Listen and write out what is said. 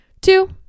two